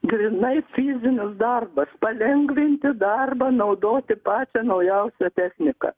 grynai fizinis darbas palengvinti darbą naudoti pačią naujausią techniką